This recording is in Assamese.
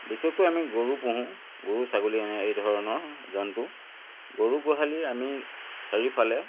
বিশেষকৈ আমি গৰু পুহোঁ গৰু ছাগলী এই ধৰণৰ জন্তু গৰু গোহালিৰ আমি চাৰিওফালে